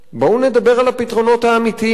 בואו נדבר על הפתרונות האמיתיים.